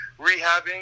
rehabbing